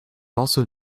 also